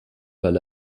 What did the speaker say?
weil